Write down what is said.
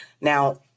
Now